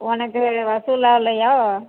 உனக்கு வசூல் ஆகலையாே